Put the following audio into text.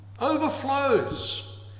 overflows